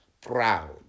proud